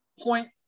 point